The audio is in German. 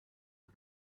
app